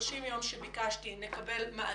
ב-30 ימים שביקשתי נקבל מענה.